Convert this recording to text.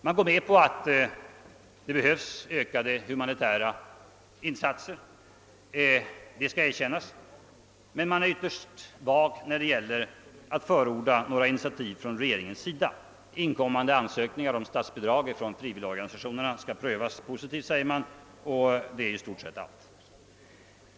Man går med på att det behövs ökade humanitära insatser — det skall erkännas — men man är ytterst vag när det gäller att förorda några initiativ från regeringen. Man uttalar att inkommande ansökningar om statsbidrag från de frivilliga organisationerna skall prövas positivt, men det är i stort sett allt.